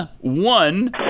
one